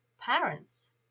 parents